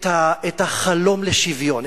את החלום לשוויון,